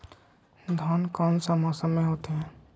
धान कौन सा मौसम में होते है?